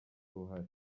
uruhare